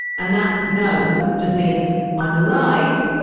and that no just means i'm alive.